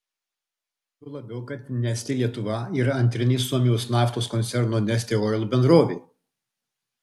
juo labiau kad neste lietuva yra antrinė suomijos naftos koncerno neste oil bendrovė